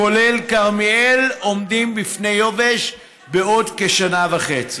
כולל כרמיאל, עומדים בפני יובש בעוד כשנה וחצי.